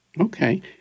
Okay